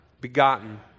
begotten